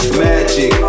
magic